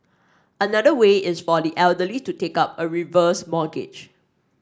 another way is for the elderly to take up a reverse mortgage